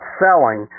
selling